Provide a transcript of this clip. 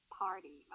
party